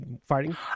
fighting